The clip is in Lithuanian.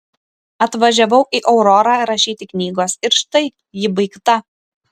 atvažiavau į aurorą rašyti knygos ir štai ji baigta